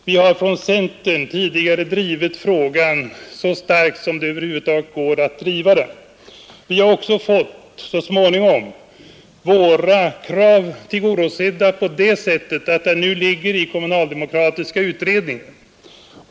Vi har från centern tidigare drivit frågan så starkt som det över huvud taget går att driva den. Vi har också så småningom fått våra krav tillgodosedda på det sättet att frågan nu ligger hos utredningen om den kommunala demokratin.